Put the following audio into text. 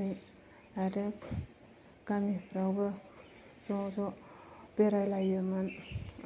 यै आरो गामिफ्रावबो ज' ज' बेरायलायोमोन